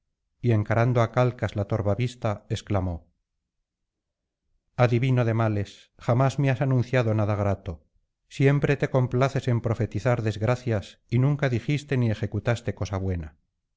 y encarando á calcas la torva vista exclamó adivino de males jamás me has anunciado nada grato siempre te complaces en profetizar desgracias y nunca dijiste ni ejecutaste cosa buena